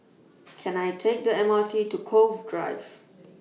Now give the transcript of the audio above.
Can I Take The M R T to Cove Drive